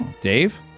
Dave